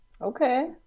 Okay